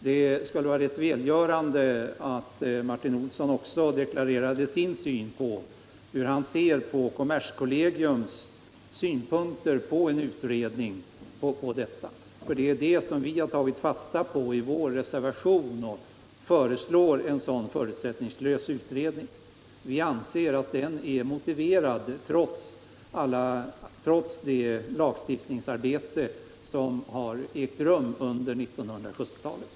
Det skulle ha varit välgörande om Martin Olsson också deklarerade hur han ser på kommerskollegiums synpunkter på en utredning. Det är det som vi har tagit fasta på i vår reservation, och vi föreslår en sådan förutsättningslös utredning. Vi anser att den är motiverad trots det lagstiftningsarbete som har ägt rum under 1970-talet.